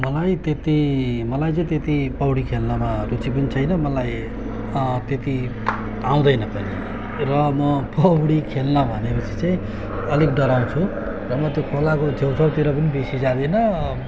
मलाई त्यति मलाई चाहिँ त्यति पौडी खेल्नमा रुचि पनि छैन मलाई त्यति आउँदैन पनि र म पौडी खेल्न भनेपछि चाहिँ अलिक डराउँछु र म त्यो खोलाको छेउछाउतिर पनि बेसी जादिनँ